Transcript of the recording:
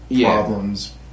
problems